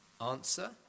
Answer